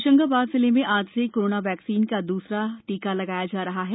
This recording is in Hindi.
होशंगाबाद जिले में आज से कोरोना वैक्सीन का द्रसरा टीका लगाया जा रहा है